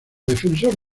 defensor